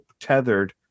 tethered